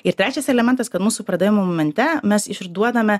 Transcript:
ir trečias elementas kad mūsų pardavimų momente mes ir duodame